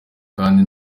kandi